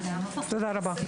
תודה רבה.